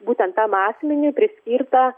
būtent tam asmeniui priskirtą